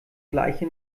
gleiche